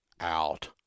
out